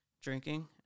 drinking